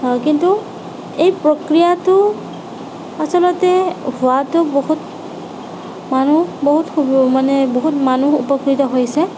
কিন্তু এই প্ৰক্ৰিয়াটো আচলতে হোৱাটো বহুত মানুহ বহুত মানে বহুত মানুহ উপকৃত হৈছে